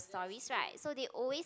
stories right so they always